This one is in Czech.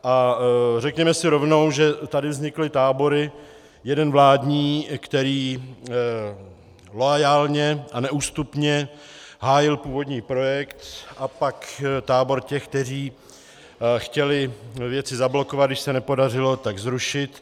A řekněme si rovnou, že tady vznikly tábory, jeden vládní, který loajálně a neústupně hájil původní projekt, a pak tábor těch, kteří chtěli věci zablokovat, když se nepodařilo, tak zrušit.